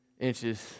inches